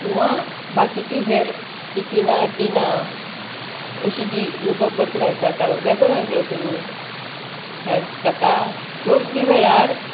किंवां बाकीचीं हेर टिफिनां टिनां अशीं जीं जो कचरो आसा तो वेगळो वेगळो करून ता ताका योग्य वेळार